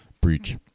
breach